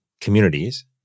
communities